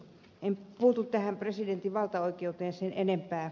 en puutu tähän presidentin valtaoikeuteen sen enempää